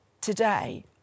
today